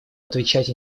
отвечать